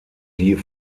die